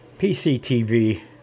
PCTV